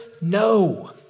No